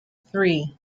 three